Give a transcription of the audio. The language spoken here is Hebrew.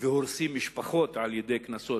והורסים משפחות על-ידי קנסות,